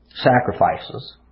sacrifices